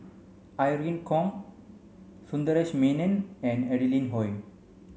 Irene Khong Sundaresh Menon and Adeline Ooi